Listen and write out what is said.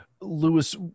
Lewis